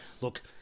look